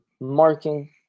Marking